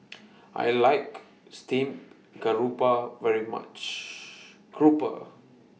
I like Steamed Grouper very much Grouper